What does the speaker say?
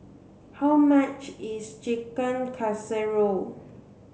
how much is Chicken Casserole